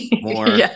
more